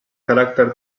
caràcter